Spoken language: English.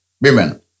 women